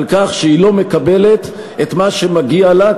על כך שהיא לא מקבלת את מה שמגיע לה,